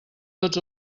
tots